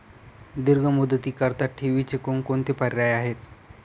दीर्घ मुदतीकरीता ठेवीचे कोणकोणते पर्याय आहेत?